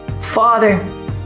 father